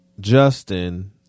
Justin